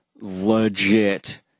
legit